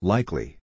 Likely